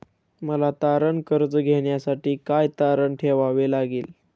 मला तारण कर्ज घेण्यासाठी काय तारण ठेवावे लागेल?